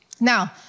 Now